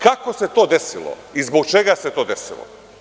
Kako se to desilo i zbog čega se to desilo?